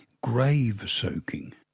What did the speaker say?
grave-soaking